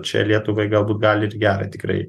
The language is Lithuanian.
čia lietuvai galbūt gali ir į gera tikrai